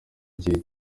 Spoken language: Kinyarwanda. gihe